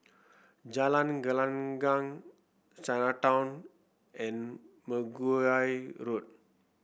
Jalan Gelenggang Chinatown and Mergui Road